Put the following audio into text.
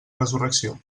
resurrecció